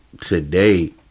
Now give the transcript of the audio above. today